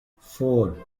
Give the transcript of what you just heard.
four